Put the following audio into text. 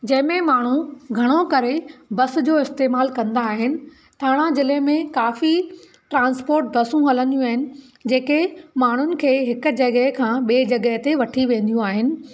जंहिंमें माण्हू घणो करे बस जो इस्तेमालु कंदा आहिनि थाणा ज़िले मे काफ़ी ट्रांस्पोट बसूं हलंदियूं आहिनि जंहिंखे माण्हुनि खे हिकु जॻहि खां ॿिए जॻहि ते वठी वेंदियूं आहिनि